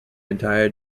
entire